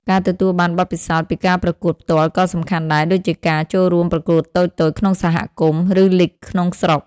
ការទទួលបានបទពិសោធន៍ពីការប្រកួតផ្ទាល់ក៏សំខាន់ដែរ ដូចជាការ ចូលរួមប្រកួតតូចៗ ក្នុងសហគមន៍ ឬលីគក្នុងស្រុក។